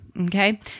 Okay